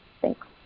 Thanks